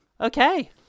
okay